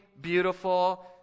beautiful